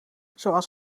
zoals